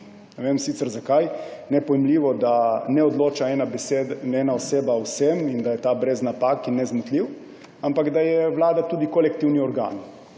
vem sicer zakaj, nepojmljivo, da ne odloča ena oseba o vsem in da je ta brez napak in nezmotljiv, ampak da je vlada tudi kolektivni organ.